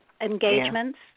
engagements